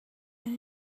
when